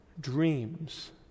dreams